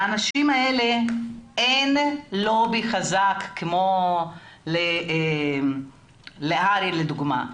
לאנשים האלה אין לובי חזק כמו שיש לארגונים אחרים.